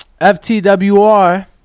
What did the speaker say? FTWR